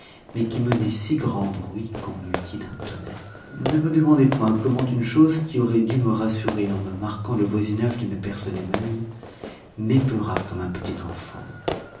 mais qui menait si grand bruit qu'on eût dit d'un tonnerre ne me demandez point comment une chose qui aurait dû me rassurer en me marquant le voisinage d'une personne humaine m'épeura comme un petit enfant